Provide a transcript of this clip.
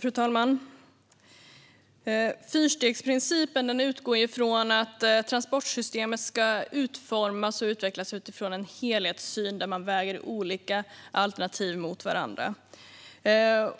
Fru talman! Fyrstegsprincipen utgår från att transportsystemet ska utformas och utvecklas utifrån en helhetssyn där man väger olika alternativ mot varandra.